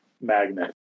magnet